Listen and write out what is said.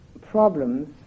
problems